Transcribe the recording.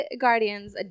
Guardians